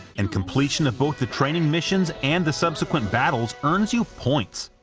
and completion of both the training missions and the subsequent battles earns you points,